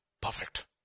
perfect